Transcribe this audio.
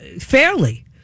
fairly